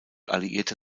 alliierte